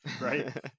Right